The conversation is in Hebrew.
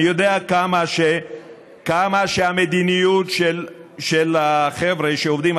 אני יודע כמה שהמדיניות של החבר'ה שעובדים,